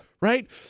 Right